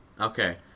Okay